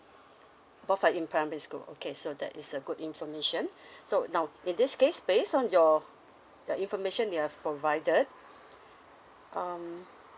both are in primary school okay so that is a good information so now in this case based on your the information you have provided um